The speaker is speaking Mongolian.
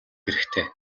хэрэгтэй